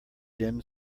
dim